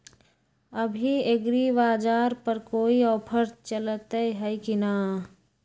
अभी एग्रीबाजार पर कोई ऑफर चलतई हई की न?